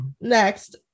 next